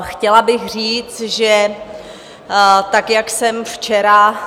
Chtěla bych říct, že tak jak jsem včera...